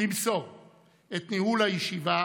למסור את ניהול הישיבה